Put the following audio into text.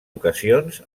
ocasions